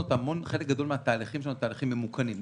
חלק גדול מהתהליכים שלנו לתהליכים ממוכנים.